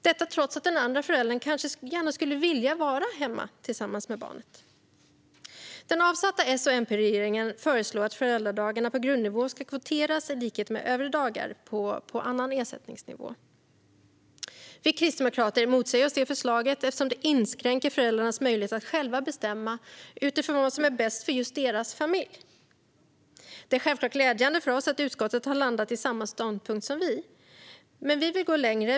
Detta trots att den andra föräldern kanske gärna skulle vilja vara hemma med barnet. Den avsatta S och MP-regeringen föreslår att föräldradagarna på grundnivå ska kvoteras i likhet med övriga dagar på annan ersättningsnivå. Vi kristdemokrater motsätter oss det förslaget eftersom det inskränker föräldrarnas möjlighet att själva bestämma utifrån vad som är bäst för just deras familj. Det är självklart glädjande för oss att utskottet har landat i samma ståndpunkt som vi, men vi vill gå längre.